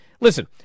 listen-